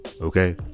okay